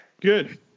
Good